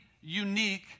unique